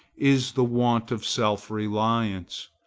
is the want of self-reliance.